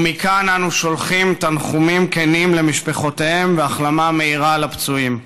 ומכאן אנחנו שולחים תנחומים כנים למשפחותיהם והחלמה מהירה לפצועים.